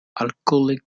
alcoholic